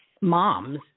moms